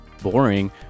boring